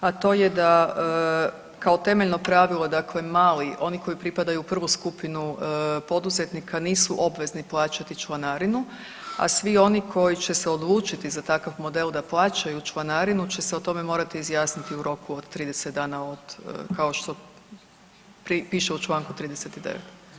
A to je da kao temeljno pravilo dakle mali oni koji pripadaju u prvu skupinu poduzetnika nisu obvezni plaćati članarinu, a svi oni koji će se odlučiti za takav model da plaćaju članarinu će se o tome morati izjasniti u roku od 30 dana od kao što piše u Članku 39.